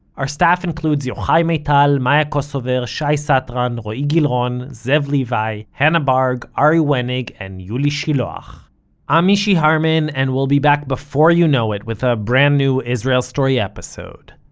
our staff includes yochai maital, maya kosover, shai satran, roee gilron, zev levi, hannah barg, ari wenig and yuli shiloach i'm mishy harman, and we'll be back before you know it with a brand new israel story episode.